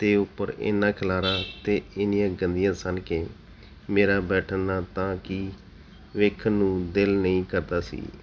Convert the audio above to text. ਅਤੇ ਉੱਪਰ ਇੰਨਾਂ ਖਲਾਰਾ ਅਤੇ ਇੰਨੀਆਂ ਗੰਦੀਆਂ ਸਨ ਕਿ ਮੇਰਾ ਬੈਠਣਾ ਤਾਂ ਕੀ ਵੇਖਣ ਨੂੰ ਦਿਲ ਨਹੀਂ ਕਰਦਾ ਸੀ